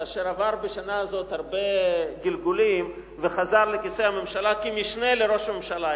כאשר עבר בשנה הזאת הרבה גלגולים וחזר לכיסא הממשלה כמשנה לראש ממשלה,